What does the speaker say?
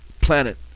planet